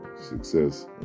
success